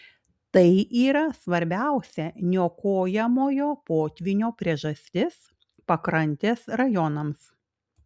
tai yra svarbiausia niokojamojo potvynio priežastis pakrantės rajonams